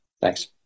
Thanks